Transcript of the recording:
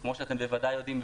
לכמו שאתם בוודאי יודעים,